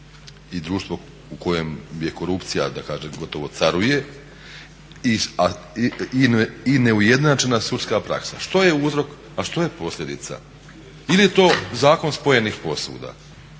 i društvo u kojem korupcija da kažem caruje i neujednačena sudska praksa, što je uzrok a što je posljedica ili je to zakon spojenih posuda